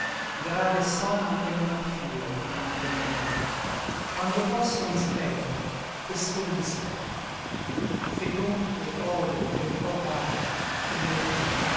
grave soma è un mal fio a mantenerlo quando posso mi spetro et sol mi sto fetonte odo che n po cadde et morío